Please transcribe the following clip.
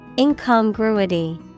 Incongruity